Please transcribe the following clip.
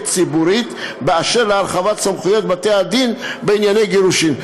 ציבורית באשר להרחבת סמכויות בתי-הדין בענייני גירושין.